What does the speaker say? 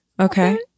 Okay